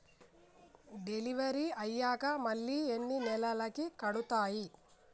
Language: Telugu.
డెలివరీ అయ్యాక మళ్ళీ ఎన్ని నెలలకి కడుతాయి?